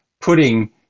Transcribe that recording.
putting